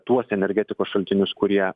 tuos energetikos šaltinius kurie